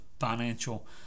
financial